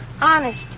honest